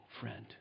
friend